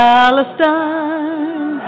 Palestine